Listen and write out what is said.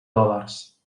dòlars